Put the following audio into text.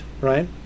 right